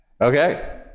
Okay